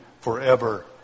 forever